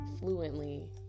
fluently